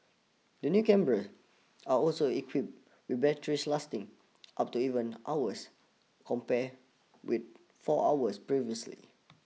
the new cameras are also equipped with batteries lasting up to even hours compared with four hours previously